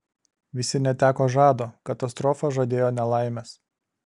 visi neteko žado katastrofa žadėjo nelaimes